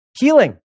Healing